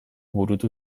burutu